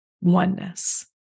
oneness